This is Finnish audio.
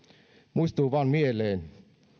muistuu vain mieleen